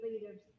leaders